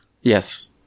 yes